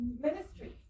ministry